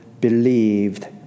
believed